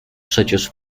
przecież